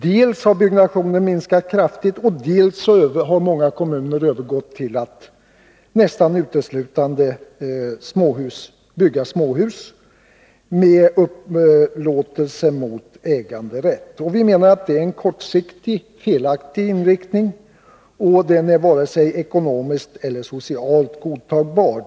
Dels har byggnationen minskat kraftigt, dels har många kommuner övergått till att nästan uteslutande bygga småhus som upplåts med äganderätt. Det är en kortsiktig, felaktig inriktning som är varken ekonomiskt eller socialt godtagbar.